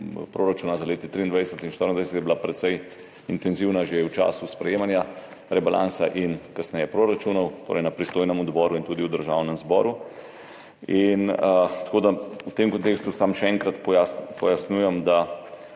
za leti 2023 in 2024 je bila precej intenzivna že v času sprejemanja rebalansa in kasneje proračunov, torej na pristojnem odboru in tudi v Državnem zboru. V tem kontekstu samo še enkrat pojasnjujem, da